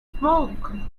smoke